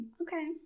Okay